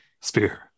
spear